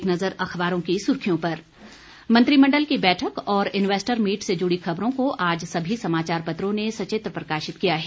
एक नज़र अखबारों की सुर्खियों पर मंत्रिमंडल की बैठक और इन्वेस्टर मीट से जुड़ी खबरों को आज सभी समाचार पत्रों ने सचित्र प्रकाशित किया है